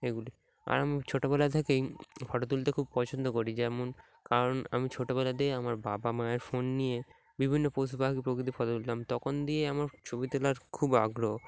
এগুলি আর আমি ছোটোবেলা থেকেই ফটো তুলতে খুব পছন্দ করি যেমন কারণ আমি ছোটোবেলা দিয়ে আমার বাবা মায়ের ফোন নিয়ে বিভিন্ন পশু পাখি প্রকৃতির ফটো তুলতাম তখন দিয়ে আমার ছবি তোলার খুব আগ্রহ